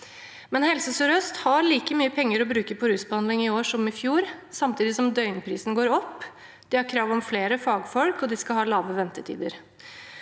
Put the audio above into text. imidlertid like mye penger å bruke på rusbehandling i år som i fjor, samtidig som døgnprisen går opp. De har krav om flere fagfolk, og de skal ha lave ventetider.